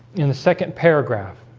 in the second paragraph